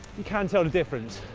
you can tell a difference.